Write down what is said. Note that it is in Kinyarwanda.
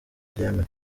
abyemera